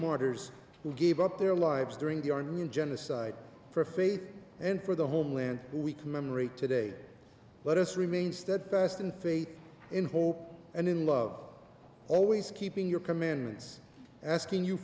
martyrs who gave up their lives during the our new genocide for faith and for the homeland we commemorate today let us remain steadfast in faith in hope and in love always keeping your commandments asking you